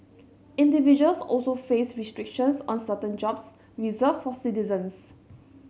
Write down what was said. individuals also face restrictions on certain jobs reserved for citizens